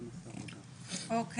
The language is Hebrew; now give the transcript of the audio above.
או.